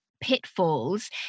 pitfalls